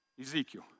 Ezekiel